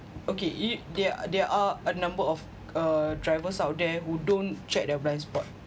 okay ea~ there there are a number of uh drivers out there who don't check their blind spot